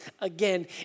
again